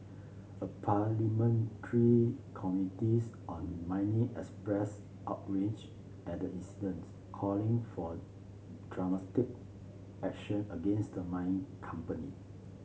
a parliamentary committees on mining expressed outrage at the incident calling for action against the mining company